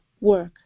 work